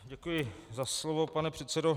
Děkuji za slovo, pane předsedo.